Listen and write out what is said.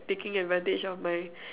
taking advantage of my